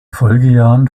folgejahren